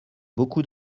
beaucoup